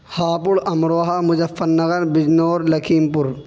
ہاپوڑ امروہہ مظفرنگر بجنور لکھیم پور